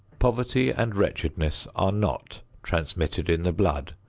poverty and wretchedness are not transmitted in the blood,